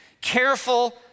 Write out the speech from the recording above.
careful